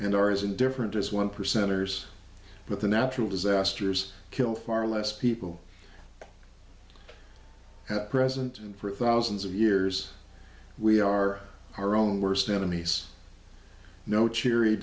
and ours and different as one percenters but the natural disasters kill far less people present and for thousands of years we are our own worst enemies no cheery